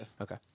Okay